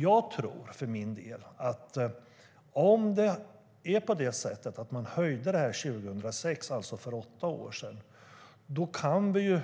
Man höjde bötesbeloppen 2006, alltså för åtta år sedan, men vi kan